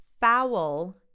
foul